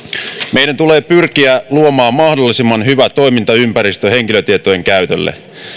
meidän tulee pyrkiä luomaan mahdollisimman hyvä toimintaympäristö henkilötietojen käytölle